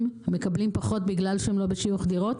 מקבלים פחות בגלל שהם לא בשיוך דירות?